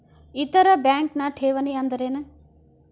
ಇತರ ಬ್ಯಾಂಕ್ನ ಠೇವಣಿ ಅನ್ದರೇನು?